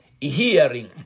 hearing